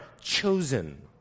chosen